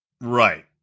right